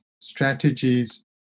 strategies